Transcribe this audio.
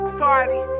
party